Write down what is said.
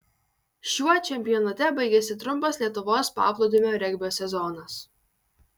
šiuo čempionate baigėsi trumpas lietuvos paplūdimio regbio sezonas